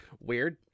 Weird